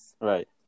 Right